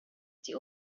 die